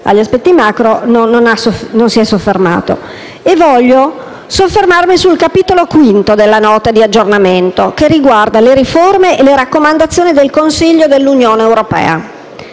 giustamente non si è soffermato. Voglio soffermarmi sul capitolo V della Nota di aggiornamento che riguarda le riforme e le raccomandazioni del Consiglio dell'Unione europea.